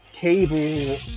cable